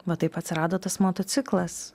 va taip atsirado tas motociklas